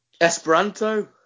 Esperanto